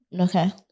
Okay